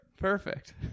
perfect